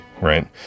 right